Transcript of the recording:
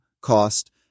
cost